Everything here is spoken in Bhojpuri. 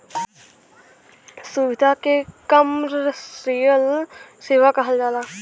सुविधा के कमर्सिअल सेवा कहल जाला